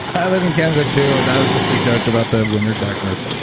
i live in canada too. that was just a joke about the winter darkness,